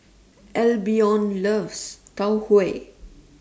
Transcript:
Albion loves Tau Huay